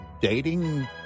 dating